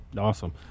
Awesome